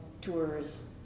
tours